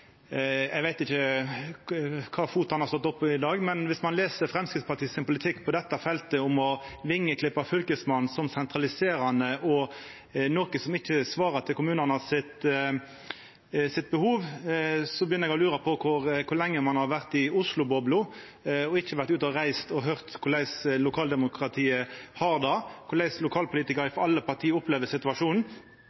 eg veit ikkje kva fot han har stått opp med i dag, men viss ein les Framstegspartiets politikk på dette feltet, om å vengjeklippe Fylkesmannen, som «sentraliserande» og noko som ikkje svarar på kommunane sitt behov, så begynner eg å lura på kor lenge ein har vore i Oslo-bobla og ikkje vore ute og reist og høyrt korleis lokaldemokratiet har det, korleis lokalpolitikarar